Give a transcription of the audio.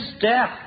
death